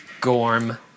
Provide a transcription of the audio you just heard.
Gorm